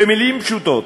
במילים פשוטות,